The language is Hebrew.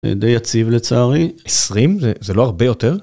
די יציב לצערי. 20? זה לא הרבה יותר?